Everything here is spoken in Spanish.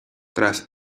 tras